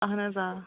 اہن حظ آ